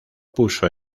puso